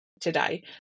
today